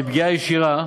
בפגיעה ישירה,